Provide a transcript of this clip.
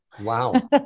Wow